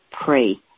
pray